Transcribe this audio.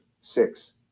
six